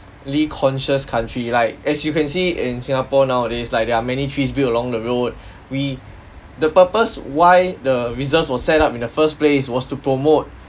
conscious country like as you can see in singapore nowadays like there are many trees built along the road we the purpose why the reserves was set up in the first place was to promote